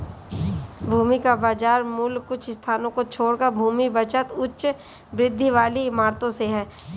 भूमि का बाजार मूल्य कुछ स्थानों को छोड़कर भूमि बचत उच्च वृद्धि वाली इमारतों से है